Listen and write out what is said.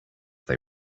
they